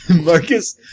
Marcus